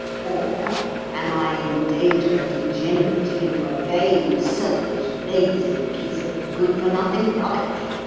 or am i in danger of degenerating into a vain, selfish, lazy piece of good-for nothing rubbish?